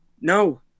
No